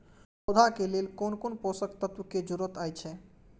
पौधा के लेल कोन कोन पोषक तत्व के जरूरत अइछ?